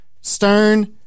Stern